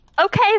Okay